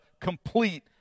complete